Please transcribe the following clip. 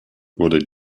wurde